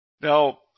Now